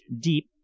deep